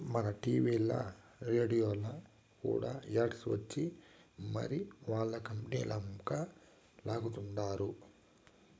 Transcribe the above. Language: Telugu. మన టీవీల్ల, రేడియోల్ల కూడా యాడ్స్ ఇచ్చి మరీ ఆల్ల కంపనీలంక లాగతండారు